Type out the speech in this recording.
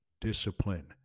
discipline